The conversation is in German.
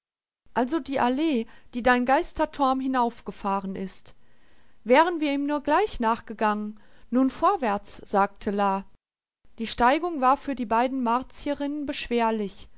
also die allee die dein geistertorm hinaufgefahren ist wären wir ihm nur gleich nachgegangen nun vorwärts sagte la die steigung war für die beiden martierinnen beschwerlich